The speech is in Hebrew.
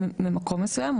ממקום מסוים,